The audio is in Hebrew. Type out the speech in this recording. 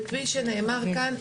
כפי שנאמר כאן,